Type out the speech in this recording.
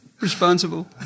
responsible